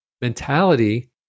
mentality